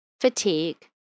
fatigue